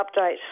update